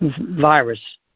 virus